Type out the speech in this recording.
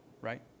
Right